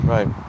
Right